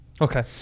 Okay